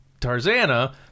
Tarzana